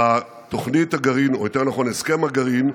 תוכנית הגרעין, או יותר נכון הסכם הגרעין,